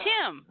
Tim